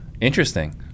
Interesting